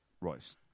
Royce